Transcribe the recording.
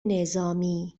نظامی